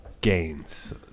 gains